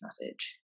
message